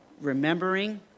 remembering